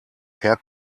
herr